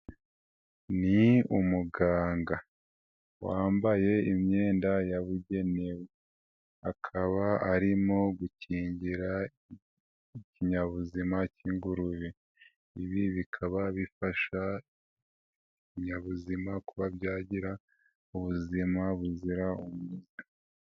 Ni umuganga wambaye imyenda yabugenewe akaba arimo gukingira ikinyabuzima k'ingurube. Ibi bikaba bifasha ibinyabuzima, kuba byagira ubuzima buzira umuze.